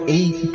eat